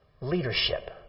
Leadership